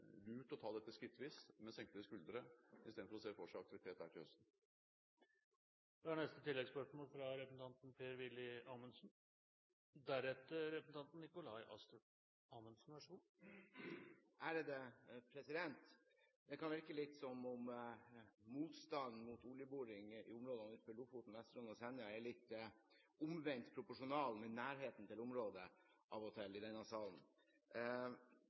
å ta dette skrittvis, med senkede skuldre, istedenfor å se for seg aktivitet der til høsten. Per-Willy Amundsen – til oppfølgingsspørsmål. Det kan av og til virke som om motstand mot oljeboring i områdene utenfor Lofoten, Vesterålen og Senja er litt omvendt proporsjonal med nærheten til området i denne salen. Når man registrerer at det til og med fremmes forslag om å verne Lofoten, Vesterålen og Senja, blir i